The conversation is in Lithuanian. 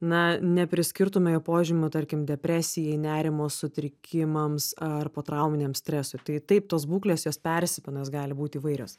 na nepriskirtume jo požymių tarkim depresijai nerimo sutrikimams ar potrauminiam stresui tai taip tos būklės jos persipina gali būti įvairios